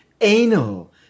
anal